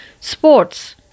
sports